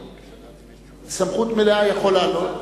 לאדוני סמכות מלאה, הוא יכול לעלות.